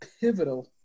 pivotal